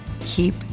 keep